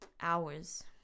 Hours